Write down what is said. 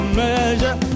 measure